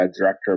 director